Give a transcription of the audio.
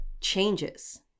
changes